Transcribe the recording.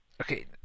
Okay